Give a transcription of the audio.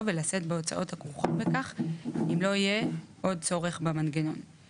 ולשאת בהוצאות הכרוכות בכך אם לא יהיה עוד צורך במנגנון;